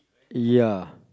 ya